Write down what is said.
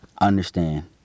Understand